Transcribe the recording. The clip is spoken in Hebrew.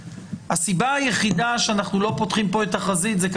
הסיבה היחידה שאנחנו לא פותחים כאן את החזית היא כי